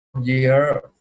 year